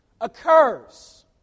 occurs